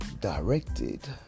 directed